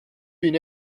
been